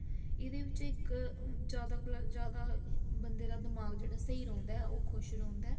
एह्दे बिच्च इक जैदा कोला जैदा बंदे दा दमाक जेह्ड़ा स्हेई रौंह्दा ऐ ओह् खुश रौंह्दा ऐ